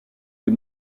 des